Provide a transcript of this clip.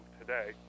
today